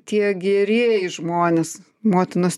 tie gerieji žmonės motinos